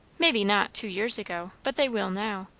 maybe not, two years ago, but they will now.